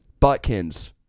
Butkins